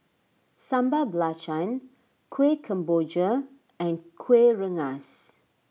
Sambal Belacan Kueh Kemboja and Kuih Rengas